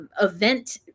event